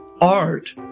art